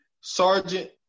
Sergeant